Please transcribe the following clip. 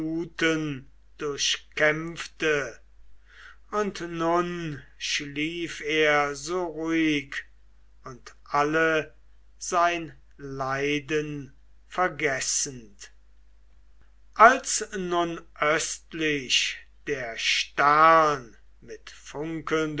fluten durchkämpfte und nun schlief er so ruhig und alle sein leiden vergessend als nun östlich der stern mit